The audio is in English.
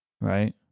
right